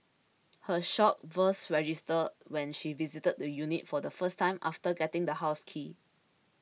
her shock first registered when she visited the unit for the first time after getting the house key